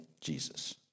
Jesus